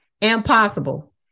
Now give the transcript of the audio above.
Impossible